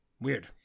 Weird